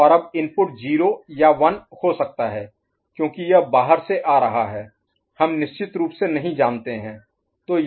और अब इनपुट 0 या 1 हो सकता है क्योंकि यह बाहर से आ रहा है हम निश्चित रूप से नहीं जानते हैं